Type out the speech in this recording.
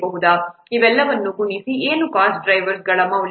ಇವೆಲ್ಲವನ್ನೂ ಗುಣಿಸಿ ಏನು ಕಾಸ್ಟ್ ಡ್ರೈವರ್ಗಳ ಮೌಲ್ಯಗಳು